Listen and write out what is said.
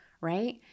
right